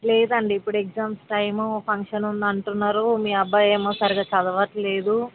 లేదండి ఇప్పుడు exams time function ఉంది అంటున్నారు మీ అబ్బాయి ఏమో సరిగ్గా చదవట్లేదు